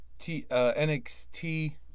NXT